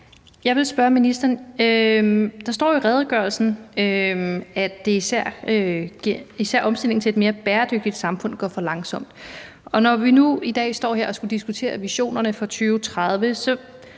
Jeg vil spørge ministeren om noget. Der står jo i redegørelsen, at især omstillingen til et mere bæredygtigt samfund går for langsomt, og når vi nu i dag står her og skal diskutere visionerne for 2030,